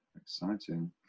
Exciting